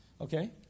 Okay